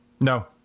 No